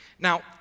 Now